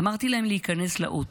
אמרתי להם להיכנס לאוטו.